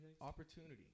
opportunity